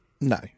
No